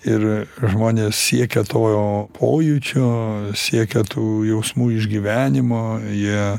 ir žmonės siekia to pojūčio siekia tų jausmų išgyvenimo jie